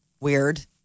weird